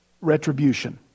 retribution